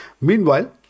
Meanwhile